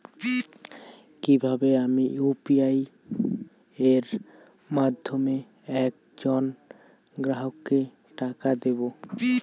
কিভাবে আমি ইউ.পি.আই এর মাধ্যমে এক জন গ্রাহককে টাকা দেবো?